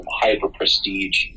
hyper-prestige